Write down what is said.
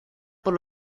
por